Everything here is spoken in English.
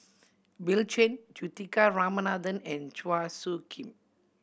Bill Chen Juthika Ramanathan and Chua Soo Khim